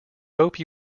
hope